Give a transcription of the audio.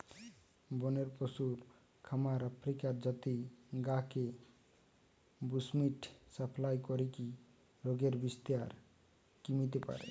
বনের পশুর খামার আফ্রিকার জাতি গা কে বুশ্মিট সাপ্লাই করিকি রোগের বিস্তার কমিতে পারে